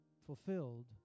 fulfilled